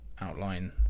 outline